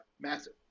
massive